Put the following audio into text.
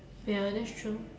ya that's true